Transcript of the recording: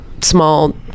small